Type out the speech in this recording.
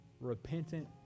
repentant